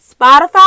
spotify